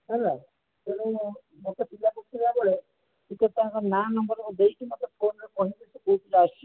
ହେଲା ତେଣୁ ମୋତେ ପିଲା ପଠେଇଲା ବେଳେ ଟିକେ ତାଙ୍କ ନାଁ ନମ୍ବର୍ ମୋତେ ଦେଇକି ମୋତେ ଫୋନ୍ରେ କହିଦେବେ କେଉଁ ପିଲା ଆସୁଛି